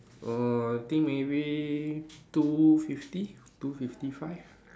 err think maybe two fifty two fifty five